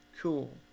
cool